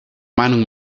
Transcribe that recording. meinung